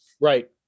Right